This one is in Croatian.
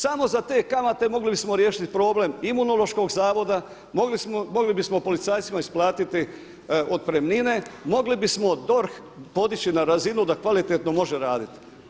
Samo za te kamate mogli bismo riješiti problem Imunološkog zavoda, mogli bismo policajcima isplatiti otpremnine, mogli bismo DORH podići na razinu da kvalitetno može raditi.